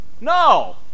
No